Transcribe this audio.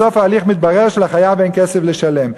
בסוף ההליך מתברר שלחייב אין כסף לשלם.